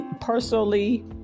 personally